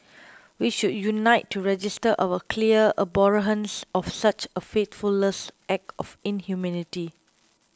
we should unite to register our clear abhorrence of such a faithless act of inhumanity